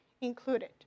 included